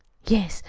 yes.